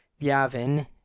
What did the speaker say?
Yavin